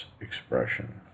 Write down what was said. expression